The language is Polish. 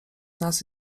nas